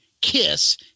Kiss